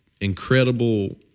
incredible